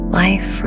life